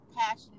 passion